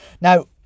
Now